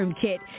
kit